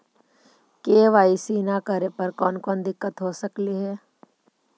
KYC न करे पर कौन कौन दिक्कत हो सकले हे?